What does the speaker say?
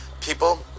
people